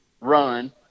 run